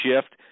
shift